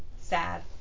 Sad